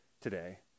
today